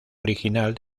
original